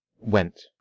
went